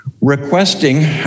requesting